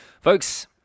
Folks